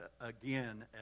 again